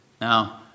Now